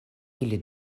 ili